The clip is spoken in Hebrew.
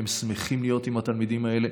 הם שמחים להיות עם התלמידים האלה,